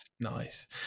Nice